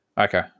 Okay